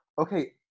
Okay